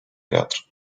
wiatr